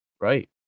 Right